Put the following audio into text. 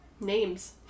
Names